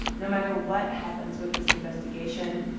no matter what happens with this investigation,